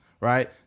Right